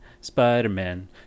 Spider-Man